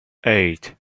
eight